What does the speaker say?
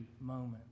moment